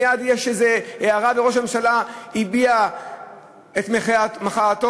מייד יש איזו אמירה שראש הממשלה הביע את מחאתו,